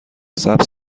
سبز